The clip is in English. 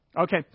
Okay